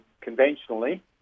conventionally